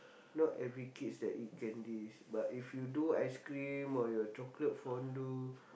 not every kids that eat candies but if you do ice cream or your chocolate fondue